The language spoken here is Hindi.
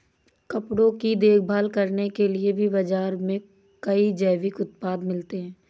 कपड़ों की देखभाल करने के लिए भी बाज़ार में कई जैविक उत्पाद मिलते हैं